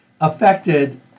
affected